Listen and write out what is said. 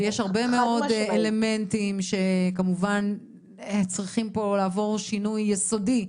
ויש הרבה מאוד אלמנטים שכמובן צריכים פה לעבור שינוי יסודי.